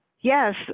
Yes